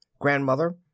Grandmother